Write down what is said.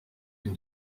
can